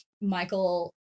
Michael